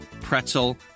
pretzel